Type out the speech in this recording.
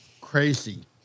crazy